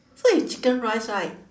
so it's chicken rice right